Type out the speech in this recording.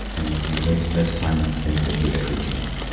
and you waste less time on the things that you actually can't